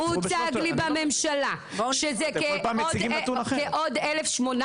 הוצג לי בממשלה שזה כעוד 1,800,